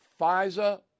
FISA